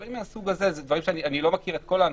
אני לא מכיר את כל ההנחיות,